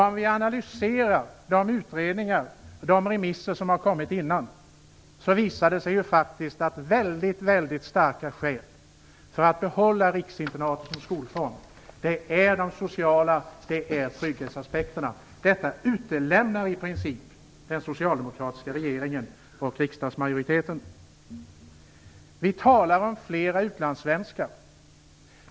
Om vi analyserar de utredningar och de remisser som har varit tidigare, visar det sig att det finns väldigt starka skäl för att behålla riksinternatet som skolform. De sociala aspekterna och trygghetsaspekterna utelämnas i princip av den socialdemokratiska regeringen och av riksdagsmajoriteten. Vi talar om de allt fler utlandssvenskarna.